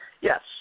Yes